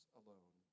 alone